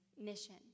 mission